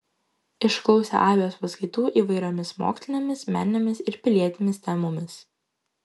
išklausė aibės paskaitų įvairiomis mokslinėmis meninėmis ir pilietinėmis temomis